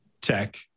tech